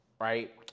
Right